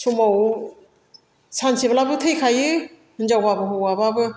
समाव सानसेब्लाबो थैखायो हिनजावबाबो हौवाबाबो